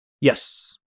Yes